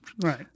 Right